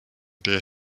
der